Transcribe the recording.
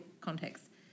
context